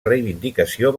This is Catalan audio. reivindicació